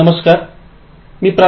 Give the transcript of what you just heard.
नमस्कारमी प्रा